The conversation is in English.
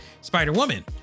Spider-Woman